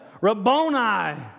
Rabboni